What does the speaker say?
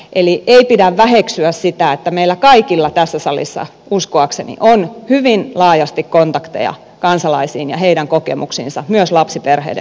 eli ei pidä väheksyä sitä että meillä kaikilla tässä salissa uskoak seni on hyvin laajasti kontakteja kansalaisiin ja heidän kokemuksiinsa myös lapsiperheiden osalta